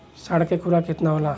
साँढ़ के खुराक केतना होला?